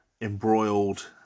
embroiled